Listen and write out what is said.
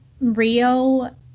Rio